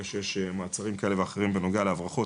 שיש מעצרים כאלה ואחרים בנוגע להברחות,